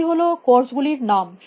এগুলি হল কোর্সগুলির নাম